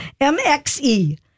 MXE